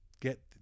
get